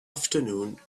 afternoon